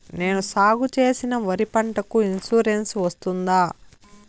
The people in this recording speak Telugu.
నేను సాగు చేసిన వరి పంటకు ఇన్సూరెన్సు వస్తుందా?